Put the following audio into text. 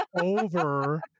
over